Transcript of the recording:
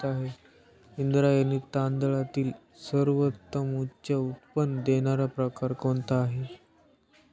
इंद्रायणी तांदळातील सर्वोत्तम उच्च उत्पन्न देणारा प्रकार कोणता आहे?